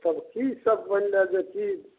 तब की सब बनी रहल छै की